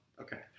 Okay